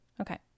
Okay